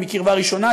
אם מקרבה ראשונה,